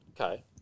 Okay